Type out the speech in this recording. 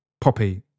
poppy